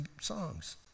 songs